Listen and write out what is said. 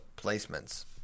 placements